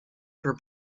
per